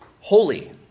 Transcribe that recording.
holy